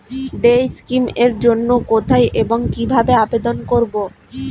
Day scheme এর জন্য কোথায় এবং কিভাবে আবেদন করব?